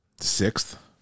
sixth